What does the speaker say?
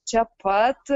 čia pat